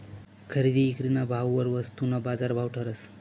खरेदी ईक्रीना भाववर वस्तूना बाजारभाव ठरस